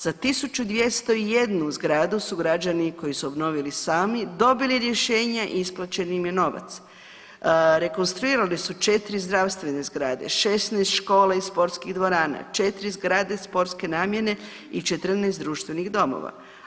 Za 1201 zgradu su građani koji su obnovili sami dobili rješenja i isplaćen im je novac, rekonstruirali su 4 zdravstvene zgrade, 16 škola i sportskih dvorana, 4 zgrade sportske namjene i 14 društvenih domova.